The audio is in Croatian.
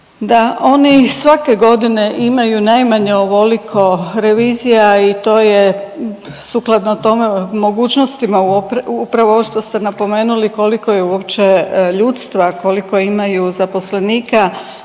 Da, oni svake godine imaju najmanje ovoliko revizija i to je sukladno tome, mogućnostima upravo ovo što ste napomenuli koliko je uopće ljudstva, koliko imaju zaposlenika